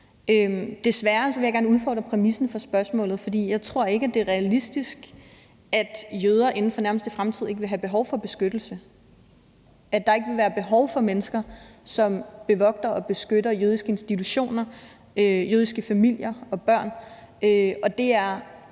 Desværre vil jeg gerne udfordre præmissen for spørgsmålet, for jeg tror ikke, det er realistisk, at jøder inden for nærmeste fremtid ikke vil have behov for beskyttelse, og at der ikke vil være behov for mennesker, som bevogter og beskytter jødiske institutioner og jødiske familier og børn. Det er